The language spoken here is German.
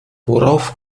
worauf